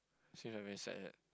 seems like very sad like that